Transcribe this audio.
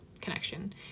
connection